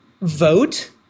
Vote